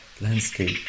landscape